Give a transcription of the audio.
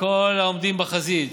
לכל העומדים בחזית,